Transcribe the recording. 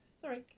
sorry